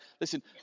Listen